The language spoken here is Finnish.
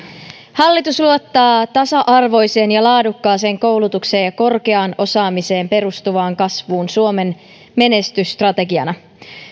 hallitus luottaa tasa arvoiseen ja laadukkaaseen koulutukseen ja korkeaan osaamiseen perustuvaan kasvuun suomen menestysstrategiana